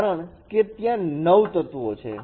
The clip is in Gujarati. કારણકે ત્યાં 9 તત્વો છે